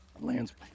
lands